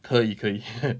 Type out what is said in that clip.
可以可以